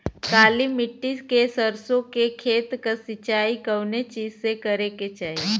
काली मिट्टी के सरसों के खेत क सिंचाई कवने चीज़से करेके चाही?